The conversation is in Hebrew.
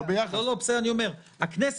ביחס לגודל